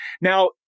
Now